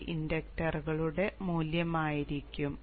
ഇത് ഇൻഡക്റ്ററുകളുടെ മൂല്യമായിരിക്കും